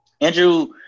Andrew